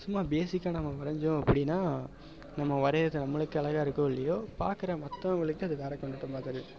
சும்மா பேசிக்காக நாம் வரைஞ்சோம் அப்படின்னா நம்ம வரைகிறது நம்மளுக்கு அழகாக இருக்கோ இல்லையோ பார்க்கற மற்றவங்களுக்கு அது தெரியும்